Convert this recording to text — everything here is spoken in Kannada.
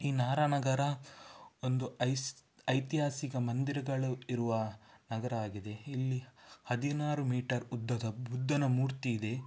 ಈ ನಾರಾನಗರ ಒಂದು ಐಸ್ ಐತಿಹಾಸಿಕ ಮಂದಿರಗಳು ಇರುವ ನಗರ ಆಗಿದೆ ಇಲ್ಲಿ ಹದಿನಾರು ಮೀಟರ್ ಉದ್ದದ ಬುದ್ಧನ ಮೂರ್ತಿ ಇದೆ